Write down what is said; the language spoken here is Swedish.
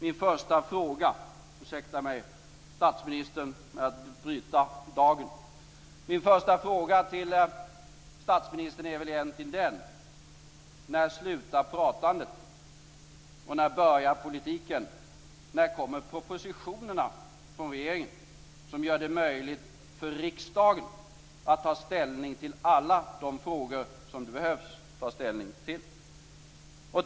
Min första fråga till statsministern - ursäkta, statsministern, att jag bryter dagen - är väl egentligen den: När slutar pratandet, och när börjar politiken? När kommer propositionerna från regeringen som gör det möjligt för riksdagen att ta ställning till alla de frågor som det behövs ta ställning till?